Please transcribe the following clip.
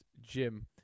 Jim